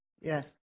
yes